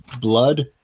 blood